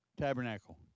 tabernacle